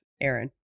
Aaron